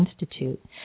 Institute